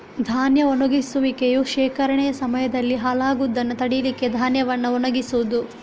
ಧಾನ್ಯ ಒಣಗಿಸುವಿಕೆಯು ಶೇಖರಣೆಯ ಸಮಯದಲ್ಲಿ ಹಾಳಾಗುದನ್ನ ತಡೀಲಿಕ್ಕೆ ಧಾನ್ಯವನ್ನ ಒಣಗಿಸುದು